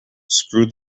screw